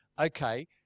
okay